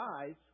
eyes